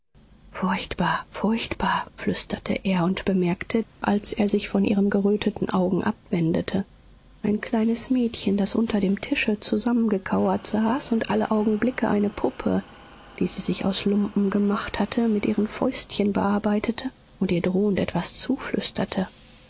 furchtbar furchtbar flüsterte er und bemerkte als er sich von ihren geröteten augen abwendete ein kleines mädchen das unter dem tische zusammengekauert saß und alle augenblicke eine puppe die sie sich aus lumpen gemacht hatte mit ihren fäustchen bearbeitete und ihr drohend etwas zuflüsterte